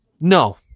no